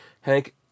Hank